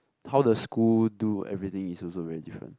how the school do everything is also very different